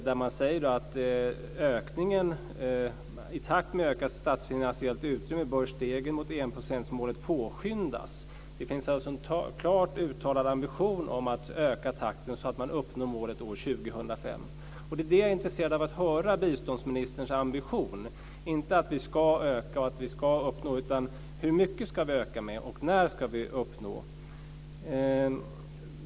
Där säger man att i takt med ökat statsfinansiellt utrymme bör stegen mot enprocentsmålet påskyndas. Det finns alltså en klart uttalad ambition att öka takten så att man uppnår målet år 2005. Det är därför jag är intresserad av att höra biståndsministerns ambition. Det gäller inte att vi ska öka och vad vi ska uppnå utan hur mycket vi ska öka och när vi ska uppnå.